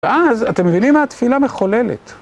ואז, אתם מבינים מה התפילה מחוללת.